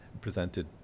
presented